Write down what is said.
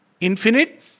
infinite